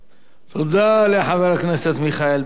תודה לחבר הכנסת מיכאל בן-ארי.